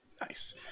Nice